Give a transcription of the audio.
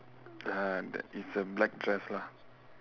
uh the it's a black dress lah